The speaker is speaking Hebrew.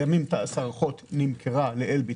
לימים תע"ש מערכות נמכרה לאלביט,